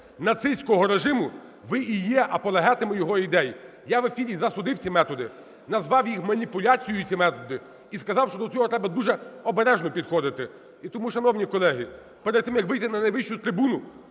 нацистського режиму, ви і є апологетами його ідей. Я в ефірі засудив ці методи, назвав їх маніпуляцією ці методи і сказав, що до цього треба дуже обережно підходити. І тому, шановні колеги, перед тим, як вийти на найвищу трибуну,